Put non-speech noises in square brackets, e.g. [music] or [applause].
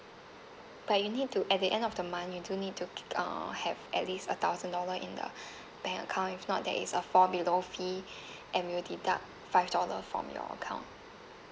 but you need to at the end of the month you do need to k~ uh have at least a thousand dollar in the [breath] bank account if not there is a fall below fee [breath] and we'll deduct five dollar from your account